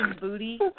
booty